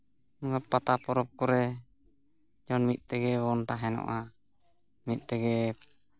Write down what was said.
ᱱᱚᱣᱟ ᱯᱟᱛᱟ ᱯᱚᱨᱚᱵᱽ ᱠᱚᱨᱮ ᱡᱮᱢᱚᱱ ᱢᱤᱫ ᱛᱮᱜᱮ ᱵᱚᱱ ᱛᱟᱦᱮᱱᱚᱜᱼᱟ ᱢᱤᱫ ᱛᱮᱜᱮ